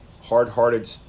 hard-hearted